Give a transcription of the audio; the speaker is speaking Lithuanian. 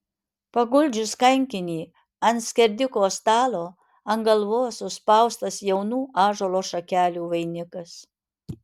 paguldžius kankinį ant skerdiko stalo ant galvos užspaustas jaunų ąžuolo šakelių vainikas